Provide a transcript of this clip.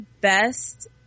best